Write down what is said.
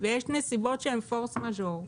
ויש נסיבות אחרות,